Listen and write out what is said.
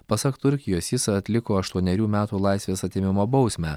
pasak turkijos jis atliko aštuonerių metų laisvės atėmimo bausmę